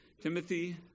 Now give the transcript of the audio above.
Timothy